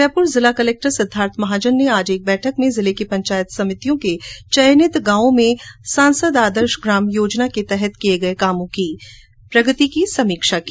जयपुर जिला कलेक्टर सिद्धार्थ महाजन ने आज एक बैठक में जिले की पंचायत समितियों के चयनित गांवों में सांसद आदर्श ग्राम योजना के तहत किये गये कार्यो की प्रगति की समीक्षा की